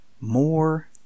More